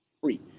free